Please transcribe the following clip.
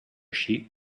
sheep